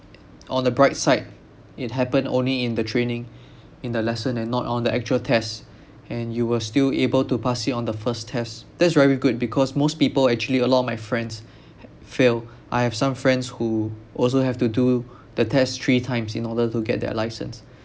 on the bright side it happen only in the training in the lesson and not on the actual test and you were still able to pass it on the first test that's very good because most people actually a lot of my friends fail I have some friends who also have to do the test three times in order to get their license